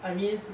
I mean